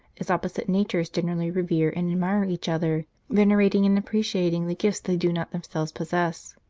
as opposite natures generally revere and admire each other, venerating and appreciating the gifts they do not themselves possess.